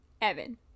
Evan